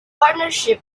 partnership